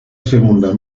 segunda